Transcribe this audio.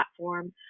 platform